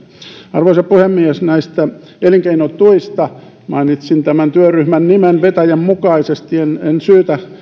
arvoisa puhemies näistä elinkeinotuista mainitsin tämän työryhmän nimen vetäjän mukaisesti en